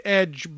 edge